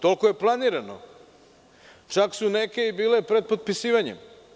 Toliko je planirano, čak su neke bile i pred potpisivanjem.